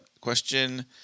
question